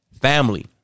family